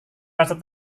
rasa